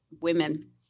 women